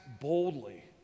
boldly